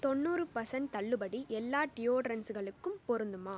தொண்ணூறு பர்சன்ட் தள்ளுபடி எல்லா டியோடரண்ட்களுக்கும் பொருந்துமா